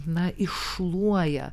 na iššluoja